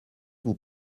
vous